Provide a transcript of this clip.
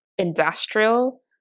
industrial